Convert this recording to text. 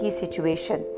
situation